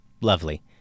Lovely